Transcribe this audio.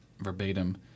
verbatim